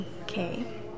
Okay